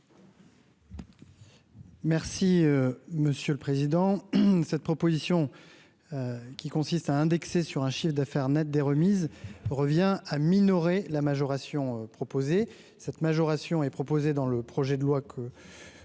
Merci monsieur le président, cette proposition qui consiste à indexer sur un chiffre d'affaires Net des remises revient à minorer la majoration proposée cette majoration est proposé dans le projet de loi que